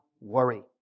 worry